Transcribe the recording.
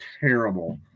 terrible